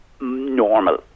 normal